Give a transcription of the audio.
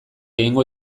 egingo